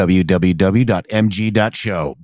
www.mg.show